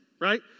right